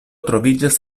troviĝas